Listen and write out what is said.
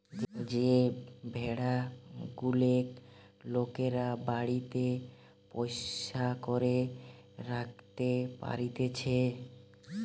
যে ভেড়া গুলেক লোকরা বাড়িতে পোষ্য করে রাখতে পারতিছে